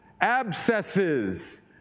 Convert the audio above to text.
abscesses